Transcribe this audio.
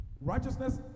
righteousness